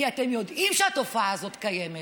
כי אתם יודעים שהתופעה הזאת קיימת.